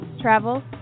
travel